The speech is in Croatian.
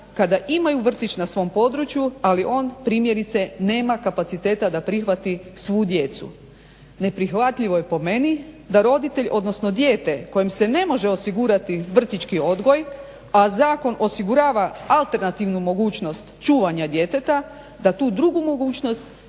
kada imaju vrtić na svom području ali on primjerice nema kapaciteta da prihvati svu djecu. Neprihvatljivo je da po meni da roditelj odnosno dijete kojem se ne može osigurati vrtićki odgoj, a zakon osigurava alternativnu mogućnost čuvanja djeteta da tu drugu mogućnost